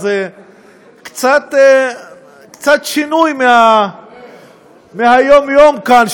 אז קצת שינוי מהיום-יום כאן,